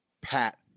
Pat